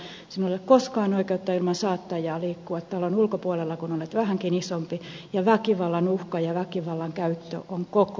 sinulla ei ole koskaan oikeutta ilman saattajaa liikkua talon ulkopuolella kun olet vähänkin isompi ja väkivallan uhka ja väkivallan käyttö on koko ajan läsnä